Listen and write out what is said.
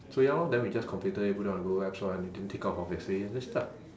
so ya lor then we just completed it put it on google app store and it didn't take off obviously